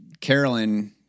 Carolyn